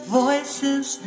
voices